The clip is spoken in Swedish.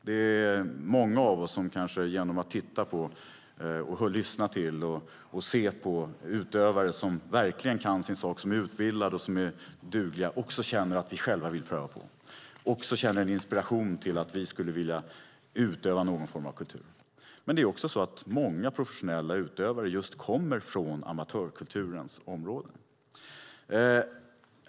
Det är många av oss som kanske genom att lyssna till och se på utövare som verkligen kan sin sak, som är utbildade och dugliga, känner att vi själva vill pröva på, känner en inspiration till att vi skulle vilja utöva någon form av kultur. Många professionella utövare kommer också just från amatörkulturens område.